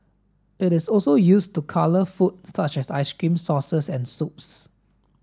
it is also used to colour food such as ice cream sauces and soups